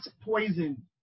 poison